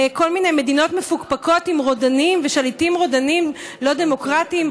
לכל מיני מדינות מפוקפקות עם רודנים ושליטים רודנים לא דמוקרטיים,